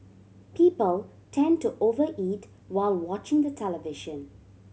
people tend to over eat while watching the television